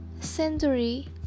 century